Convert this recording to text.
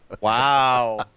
Wow